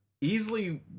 easily